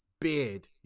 Beard